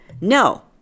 No